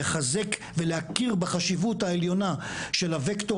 לחזק ולהכיר בחשיבות העליונה של הווקטור